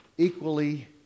equally